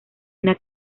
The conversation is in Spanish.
una